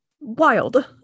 wild